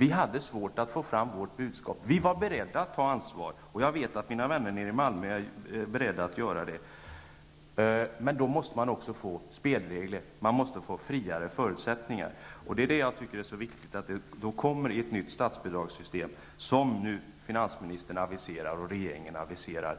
Vi hade svårt att få fram vårt budskap. Vi var beredda att ta ansvar. Jag vet att mina vänner i Malmö också är beredda att göra det. Men då måste man också få spelregler och friare förutsättningar. Därför tycker jag att det är viktigt att vi får ett nytt statsbidragssystem, som nu regeringen och finansministern har aviserat.